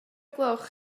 gloch